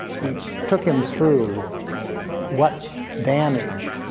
we took him through what damage